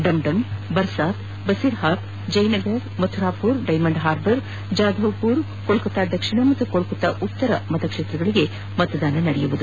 Dum Dum Barasat Basirhat Jaynagar Mathurapur Diamond Harbour Jadavpur Kolkata ದಕ್ಷಿಣ ಮತ್ತು ಕೊಲ್ಕತಾ ಉತ್ತರ ಕ್ಷೇತ್ರಗಳಿಗೆ ಮತದಾನ ನಡೆಯಲಿದೆ